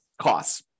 costs